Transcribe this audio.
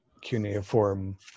cuneiform